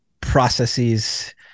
processes